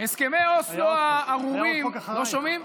הסכמי אוסלו הארורים, לא שומעים?